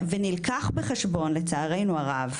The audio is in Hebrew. ונלקח בחשבון לצערנו הרב,